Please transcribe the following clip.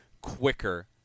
quicker